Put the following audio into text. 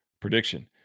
Prediction